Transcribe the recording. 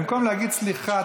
במקום להגיד סליחה,